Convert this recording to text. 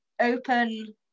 open